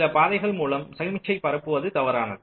சில பாதைகள் மூலம் சமிக்ஞையை பரப்புவது தவறானது